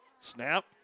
Snap